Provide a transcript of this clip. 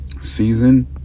season